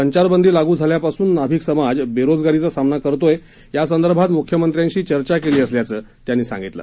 संचारबंदी लागू झाल्यापासून नाभिक समाज बेरोजगारीचा सामना करत आहे यासंदर्भात मुख्यमंत्र्यांशी चर्चा केली असल्याचं त्यांनी सांगितलं